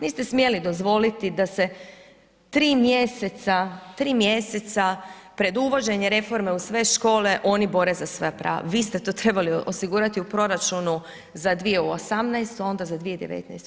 Niste sjeli dozvoliti da se 3 mjeseca, 3 mjeseca pred uvođenje reforme u sve škole oni bore za svoja prava. vi ste to trebali osigurati u proračunu za 2018., a onda i 2019.